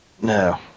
No